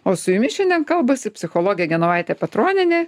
o su jumis šiandien kalbasi psichologė genovaitė petronienė